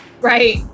Right